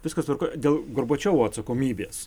viskas tvarkoj dėl gorbačiovo atsakomybės